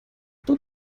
dort